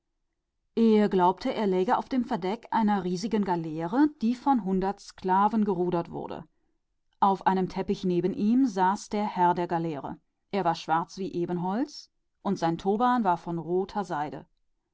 als läge er auf dem deck einer großen galeere die von hundert sklaven gerudert wurde auf einem teppich zu seiner seite saß der herr der galeere er war schwarz wie ebenholz und sein turban war aus roter seide